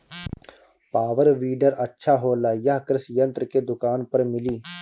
Power weeder अच्छा होला यह कृषि यंत्र के दुकान पर मिली?